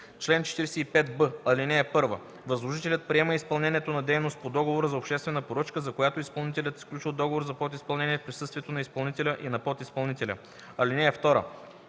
Чл. 45б. (1) Възложителят приема изпълнението на дейност по договора за обществена поръчка, за която изпълнителят е сключил договор за подизпълнение, в присъствието на изпълнителя и на подизпълнителя. (2)